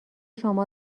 شما